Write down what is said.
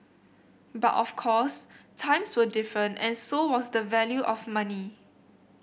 but of course times were different and so was the value of money